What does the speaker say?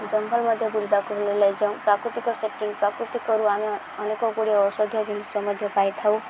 ଜଙ୍ଗଲ ମଧ୍ୟ ବୁଲିବାକୁ ମିଳିଲେ ପ୍ରାକୃତିକ ସେଟିଂ ପ୍ରାକୃତିକରୁ ଆମେ ଅନେକ ଗୁଡ଼ିଏ ଔଷଧୀୟ ଜିନିଷ ମଧ୍ୟ ପାଇଥାଉ